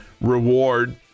reward